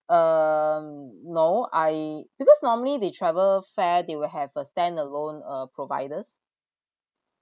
um no I because normally they travel fair they will have a stand alone uh providers